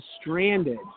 stranded